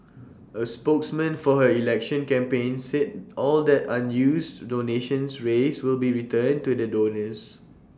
A spokesman for her election campaign said all that unused donations raised will be returned to the donors